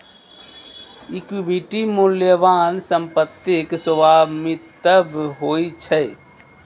equity मूल्यवान संपत्तिक स्वामित्व होइ छै